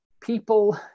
people